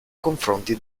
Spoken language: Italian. confronti